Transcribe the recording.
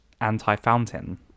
anti-Fountain